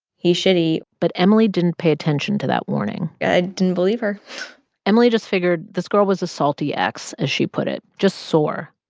he's shitty but emily didn't pay attention to that warning i didn't believe her emily just figured this girl was a salty ex, as she put it, just sore.